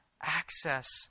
access